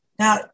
Now